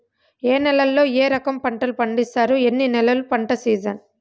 ఏ నేలల్లో ఏ రకము పంటలు పండిస్తారు, ఎన్ని నెలలు పంట సిజన్?